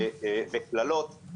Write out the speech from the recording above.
יש טיפולים פסיכיאטריים,